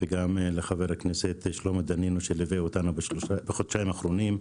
לחבר הכנסת שלמה דנינו שליווה אותנו בחודשיים האחרונים,